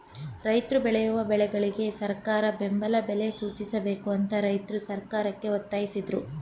ರೈತ್ರು ಬೆಳೆಯುವ ಬೆಳೆಗಳಿಗೆ ಸರಕಾರ ಬೆಂಬಲ ಬೆಲೆ ಸೂಚಿಸಬೇಕು ಅಂತ ರೈತ್ರು ಸರ್ಕಾರಕ್ಕೆ ಒತ್ತಾಸಿದ್ರು